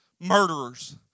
murderers